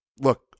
Look